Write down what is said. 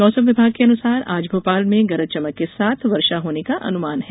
मौसम विभाग के अनुसार आज भोपाल में गरज चमक के साथ वर्षा होने का अनुमान है